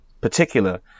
particular